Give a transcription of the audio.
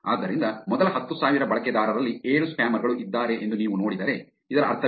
ಆದ್ದರಿಂದ ಮೊದಲ ಹತ್ತುಸಾವಿರ ಬಳಕೆದಾರರಲ್ಲಿ ಏಳು ಸ್ಪ್ಯಾಮರ್ ಗಳು ಇದ್ದಾರೆ ಎಂದು ನೀವು ನೋಡಿದರೆ ಇದರ ಅರ್ಥವೇನು